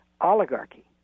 Oligarchy